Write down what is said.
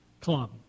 club